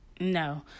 No